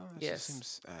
yes